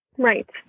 Right